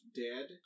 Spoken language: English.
dead